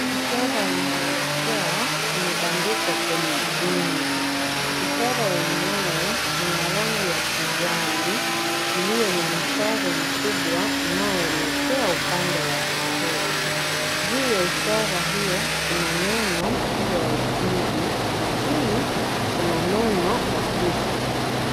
Ishara ya mwelekeo imeandikwa kwenye nguzo. Ishara yenyewe ni ya rangi ya kijani. Iliyo na mshale mkubwa unaoelekea upande wa kushoto. Juu ya ishara hiyo kuna neno shule ya upili, na chini kuna neno ofisi.